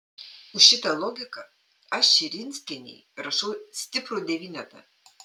už šitą logiką aš širinskienei rašau stiprų devynetą